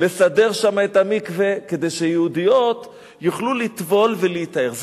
לבחמדון לסדר שם את המקווה כדי שיהודיות יוכלו לטבול ולהיטהר.